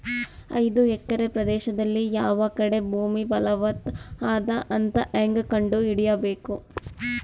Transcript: ಐದು ಎಕರೆ ಪ್ರದೇಶದಲ್ಲಿ ಯಾವ ಕಡೆ ಭೂಮಿ ಫಲವತ ಅದ ಅಂತ ಹೇಂಗ ಕಂಡ ಹಿಡಿಯಬೇಕು?